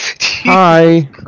Hi